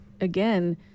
again